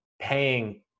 paying